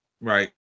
right